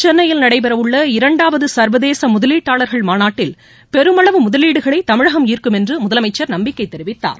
சென்னையில் நடைபெறவுள்ள இரண்டாவது சா்வதேச முதலீட்டாளர்கள் மாநாட்டில் பெருமளவு முதலீடுகளை தமிழகம் ஈர்க்கும் என்று முதலமைச்சர் நம்பிக்கை தெரிவித்தார்